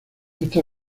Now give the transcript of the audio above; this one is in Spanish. esta